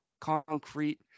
concrete